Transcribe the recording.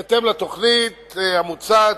בהתאם לתוכנית המוצעת,